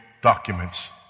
documents